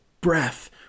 breath